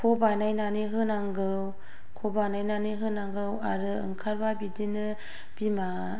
ख' बानायनानै होनांगौ ख' बानायनानै होनांगौ आरो ओंखारब्ला बिदिनो बिमा